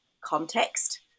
context